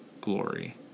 glory